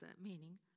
meaning